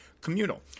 communal